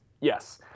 Yes